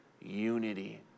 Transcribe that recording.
unity